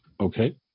Okay